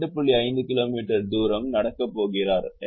5 kilometre தூரம் நடக்கப் போகிறார்